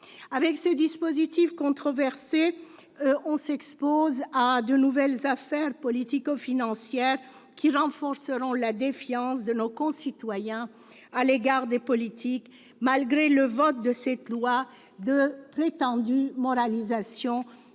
Avec ce dispositif controversé, on s'expose à de nouvelles affaires politico-financières qui renforceront la défiance de nos concitoyens à l'égard des politiques, malgré le vote de cette loi de prétendue « moralisation »- un